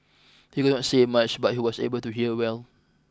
he could not say much but he was able to hear well